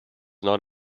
not